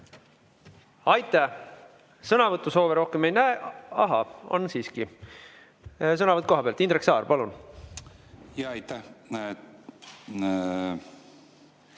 Aitäh! Sõnavõtusoove rohkem ei näe. Ahah, on siiski. Sõnavõtt kohalt. Indrek Saar, palun! Aitäh!